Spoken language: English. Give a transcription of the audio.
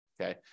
okay